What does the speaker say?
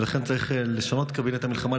לכן צריך לשנות את קבינט המלחמה,